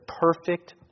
perfect